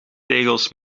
tegels